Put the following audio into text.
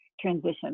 transition